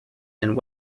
and